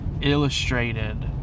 illustrated